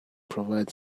provide